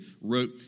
wrote